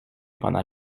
pendant